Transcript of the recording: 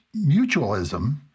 mutualism